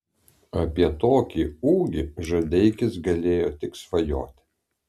apie tokį ūgį žadeikis galėjo tik svajoti